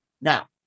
Now